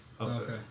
Okay